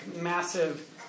massive